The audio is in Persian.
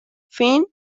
فین